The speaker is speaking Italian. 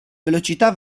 velocità